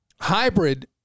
hybrid